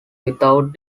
without